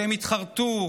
שהם התחרטו,